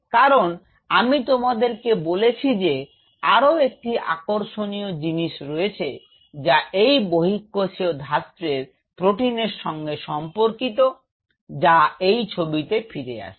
কারণ আমি তোমাদেরকে বলেছি যে আরও একটি আকর্ষণীয় জিনিস রয়েছে যা এই বহিঃকোষীয় ধাত্রের প্রোটিনের সাথে সম্পর্কিত যা এই ছবিতে ফিরে আসছে